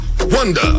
WONDER